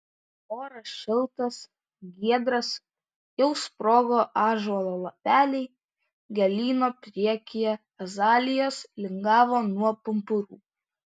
oras šiltas giedras jau sprogo ąžuolo lapeliai gėlyno priekyje azalijos lingavo nuo pumpurų